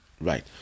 right